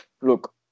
Look